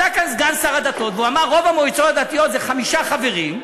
עלה כאן סגן שר הדתות ואמר: ברוב המועצות הדתיות יש חמישה חברים,